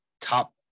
top